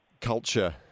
culture